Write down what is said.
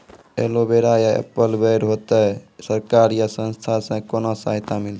Aloe vera या apple बैर होते? सरकार या संस्था से कोनो सहायता मिलते?